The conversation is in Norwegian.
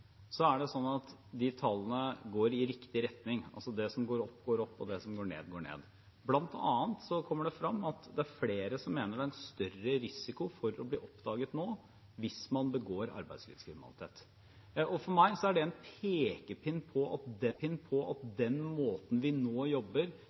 at de tallene går i riktig retning: Det som går opp, går opp, og det som går ned, går ned. Blant annet kommer det frem at det er flere som mener det er større risiko nå for å bli oppdaget hvis man begår arbeidslivskriminalitet. For meg er det en pekepinn om at den måten vi nå jobber på,